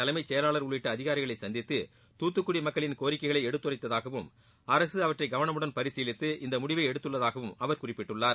தலைமைச் செயலாளர் உள்ளிட்ட அதிகாரிகளைச் சந்தித்து துத்துக்குடி மக்களின் கோரிக்கைகளை எடுத்துரைத்ததாகவும் அரசு அவற்றை கவனமுடன் பரிசீலித்து இந்த முடிவை எடுத்துள்ளதாகவும் அவர் குறிப்பிட்டுள்ளார்